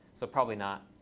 so probably not.